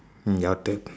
your turn